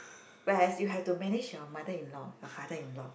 where as you have to manage your mother in law your father in law